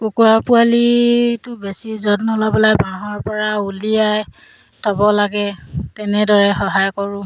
কুকুৰা পোৱালীটো বেছি যত্ন ল'বলৈ বাহৰপৰা উলিয়াই থব লাগে তেনেদৰে সহায় কৰোঁ